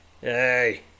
Hey